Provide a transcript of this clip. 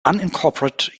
unincorporated